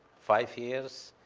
five years.